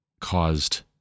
caused